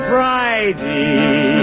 Friday